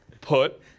put